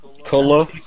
Color